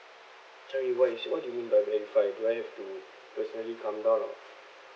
sorry what you said what do you mean by verify do I have to personally come down or